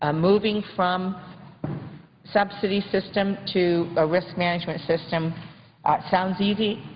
um moving from subsidy system to a risk management system sounds easy,